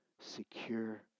secure